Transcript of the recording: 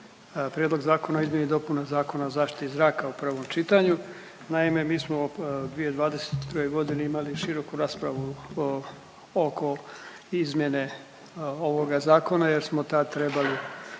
Prijedlog zakona o izmjeni i dopuna Zakona o zaštiti zraka u prvom čitanju. Naime, mi smo 2022.g. imali široku raspravu oko izmjene ovoga zakona jer smo tad trebali